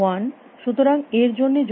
সুতরাং এর জন্য যুক্তিটি কী